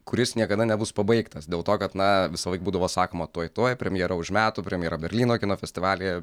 kuris niekada nebus pabaigtas dėl to kad na visąlaik būdavo sakoma tuoj tuoj premjera už metų premjera berlyno kino festivalyje